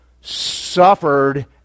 suffered